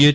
H